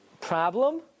problem